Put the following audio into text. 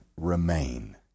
remain